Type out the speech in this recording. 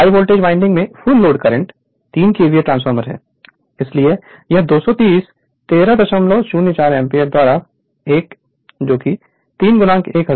हाय voltage winding में full load current 3 kVA transformer है इसलिए यह 230 1304 एम्पीयर द्वारा 1 3 1000 मिमी है